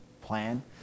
plan